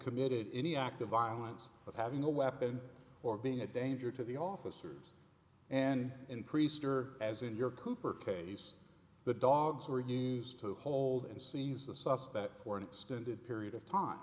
committed any act of violence of having a weapon or being a danger to the officers and increased or as in your cooper case the dogs were used to hold and seize the suspect for an extended period of time